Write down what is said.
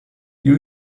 you